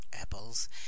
apples